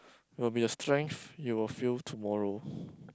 will be the strength you will feel tomorrow